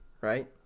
right